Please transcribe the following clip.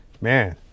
Man